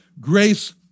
grace